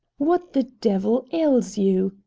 what the devil ails you?